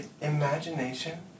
imagination